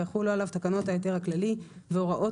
ויחולו עליו תקנות ההיתר הכללי והוראות